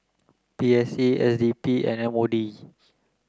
P S A S D P M O D